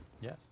yes